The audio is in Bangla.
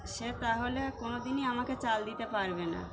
সে তাহলে কোনো দিনই আমাকে চাল দিতে পারবে না